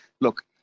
look